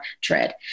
Tread